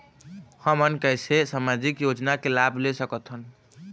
हमन कैसे सामाजिक योजना के लाभ ले सकथन?